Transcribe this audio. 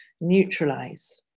Neutralize